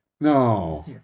No